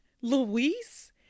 Luis